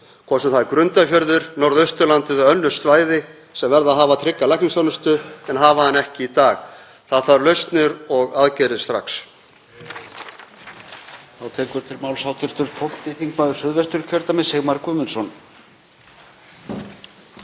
sem það er Grundarfjörður, Norðausturland eða önnur svæði sem verða að hafa trygga læknisþjónustu en hafa hana ekki í dag. Það þarf lausnir og aðgerðir strax.